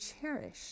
cherish